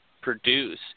produce